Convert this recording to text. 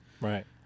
Right